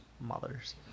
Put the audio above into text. mothers